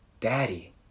daddy